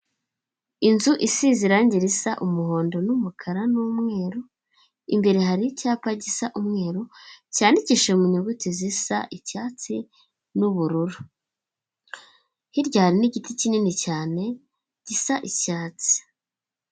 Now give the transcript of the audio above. Inzu isize irangi risa umuhondo, n'umukara, n'umweru imbere hari icyapa gisa umweru cyandikishije mu nyuguti zisa icyatsi n'ubururu, hirya hari n'igiti kinini cyane gisa icyatsi.